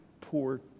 poor